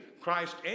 Christ